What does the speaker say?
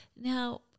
Now